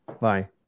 Bye